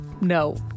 No